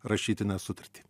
rašytinę sutartį